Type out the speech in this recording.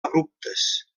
abruptes